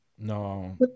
No